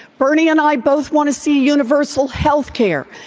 bernie and i both want to see universal health care.